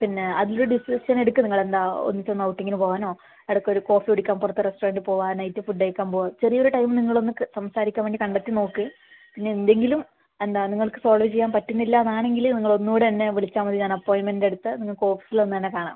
പിന്നെ അതില് ഡിസിഷൻ എടുക്ക് നിങ്ങള് എന്താ ഒന്നിച്ച് ഒന്ന് ഔട്ടിംഗിന് പോകാനോ എടക്ക് ഒരു കോഫി കുടിക്കാൻ പുറത്ത് റസ്റ്റോറൻറ്റിൽ പോവുക നൈറ്റ് ഫുഡ് കഴിക്കാൻ പോവുക ചെറിയ ഒര് ടൈമ് നിങ്ങളൊന്ന് സംസാരിക്കാൻ വേണ്ടി കണ്ടെത്തി നോക്ക് പിന്നെ എന്തെങ്കിലും എന്താ നിങ്ങൾക്ക് സോൾവ് ചെയ്യാൻ പറ്റുന്നില്ലാന്ന് ആണെങ്കില് നിങ്ങളൊന്നൂടെ എന്നെ വിളിച്ചാൽ മതി ഞാൻ അപ്പോയിൻമെൻറ്റ് എടുത്ത് നിങ്ങൾക്ക് ഓഫീസില് വന്ന് എന്നെ കാണാം